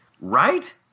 Right